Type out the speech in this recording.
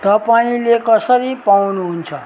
तपाईँले कसरी पाउनु हुन्छ